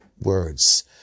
words